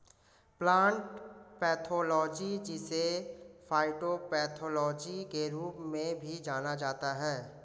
plant pathology जिसे phytopathology के रूप में भी जाना जाता है